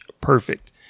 perfect